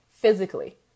Physically